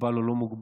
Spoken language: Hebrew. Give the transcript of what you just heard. מוגבל או לא מוגבל.